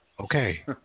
Okay